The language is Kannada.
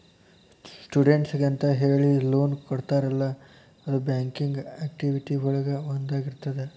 ಸ್ಟೂಡೆಂಟ್ಸಿಗೆಂತ ಹೇಳಿ ಲೋನ್ ಕೊಡ್ತಾರಲ್ಲ ಅದು ಬ್ಯಾಂಕಿಂಗ್ ಆಕ್ಟಿವಿಟಿ ಒಳಗ ಒಂದಾಗಿರ್ತದ